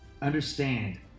Understand